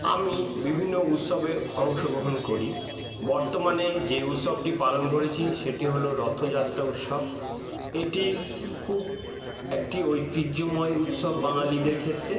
আমি বিভিন্ন উৎসবে অংশগ্রহণ করি বর্তমানে যে উৎসবটি পালন করেছি সেটি হলো রথযাত্রা উৎসব এটি খুব একটি ঐতিয্যময় উৎসব বাঙালিদের ক্ষেত্রে